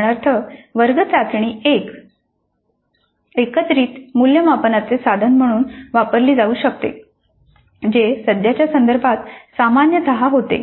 उदाहरणार्थ वर्ग चाचणी एकत्रित मूल्यमापनाचे साधन म्हणून वापरली जाऊ शकते जे सध्याच्या संदर्भात सामान्यतः होते